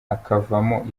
hakavamo